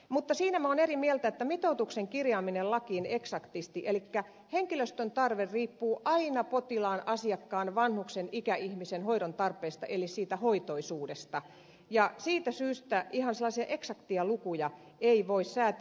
mutta minä olen eri mieltä mitoituksen kirjaamisesta lakiin eksaktisti elikkä henkilöstön tarve riippuu aina potilaan asiakkaan vanhuksen ikäihmisen hoidon tarpeesta eli siitä hoitoisuudesta ja siitä syystä ihan sellaisia eksakteja lukuja ei voi säätää